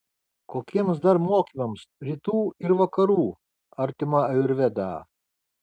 kokiems dar mokymams rytų ir vakarų artima ajurvedą